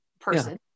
person